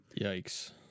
Yikes